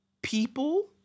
People